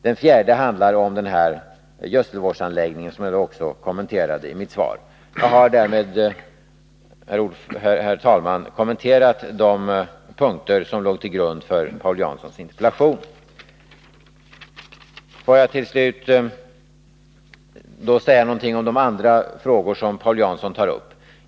Den fjärde punkten handlar om den gödselvårdsanläggning som jag också kommenterade i mitt svar. Jag har därmed, herr talman, kommenterat de punkter som låg till grund för Paul Janssons interpellation. Får jag till slut säga någonting om de andra frågorna som Paul Jansson tar upp.